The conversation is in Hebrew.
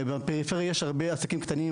הרי בפריפריה יש הרבה עסקים קטנים,